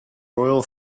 royal